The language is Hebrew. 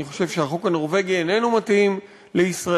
אני חושב שהחוק הנורבגי איננו מתאים לישראל.